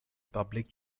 public